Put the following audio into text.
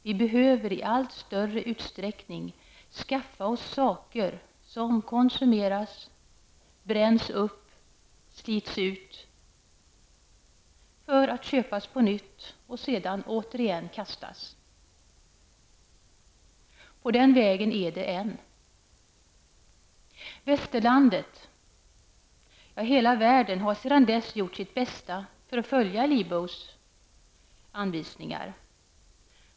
Vi behöver i allt större utsträckning skaffa oss saker som konsumeras, bränns upp, slits ut, för att köpas på nytt och sedan återigen kastas.'' På den vägen är det. Västerlandet -- ja, hela världen -- har sedan dess gjort sitt bästa för att följa Lebows anvisningar.